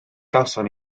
gawson